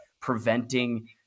preventing